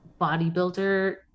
bodybuilder